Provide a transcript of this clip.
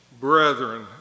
brethren